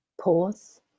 Pause